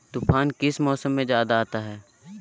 तूफ़ान किस मौसम में ज्यादा आता है?